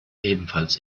ebenfalls